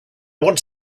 want